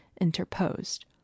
interposed